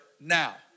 now